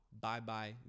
Bye-bye